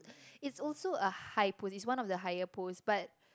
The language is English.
it's also a high post its one of the higher post but